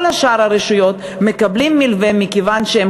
כל שאר הרשויות מקבלות מלווה מכיוון שהן